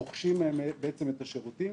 בעצם רוכשים מהם את השירותים,